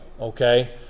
Okay